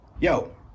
Yo